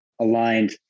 aligned